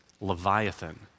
Leviathan